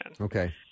Okay